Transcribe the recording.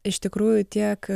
iš tikrųjų tiek